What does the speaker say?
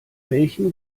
welchem